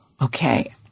okay